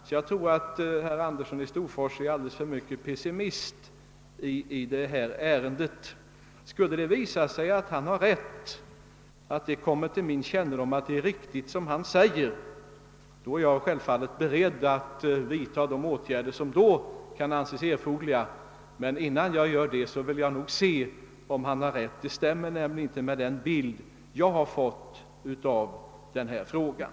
Jag tror därför att herr Andersson i Storfors är alldeles för pessimistisk i detta ärende. Skulle det komma till min kännedom att det är riktigt som han säger, är jag självfallet beredd att vidta de åtgärder som då kan anses erforderliga, men innan jag gör det vill jag se om han har rätt. Hans skildring stämmer nämligen inte med den jag har fått av frågan.